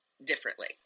differently